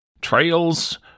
trails